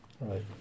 right